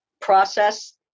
process